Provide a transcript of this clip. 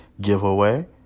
giveaway